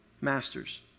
masters